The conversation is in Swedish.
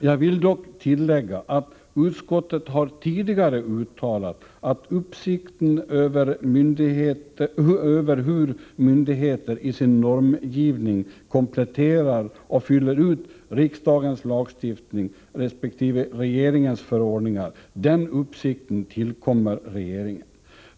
Jag vill dock tillägga att utskottet tidigare har uttalat att uppsikten över hur myndigheter i sin normgivning kompletterar och fyller ut riksdagens lagstiftning resp. regeringens förordningar tillkommer regeringen.